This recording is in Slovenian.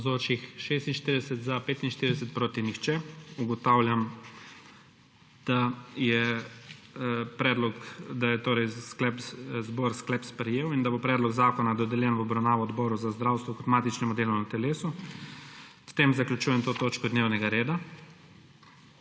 glasovalo 45.) (Proti nihče.) Ugotavljam, da je torej zbor sklep sprejet in da bo predlog zakona dodeljen v obravnavo Odboru za zdravstvo kot matičnemu delovnemu telesu. S tem končujem to točko dnevnega reda.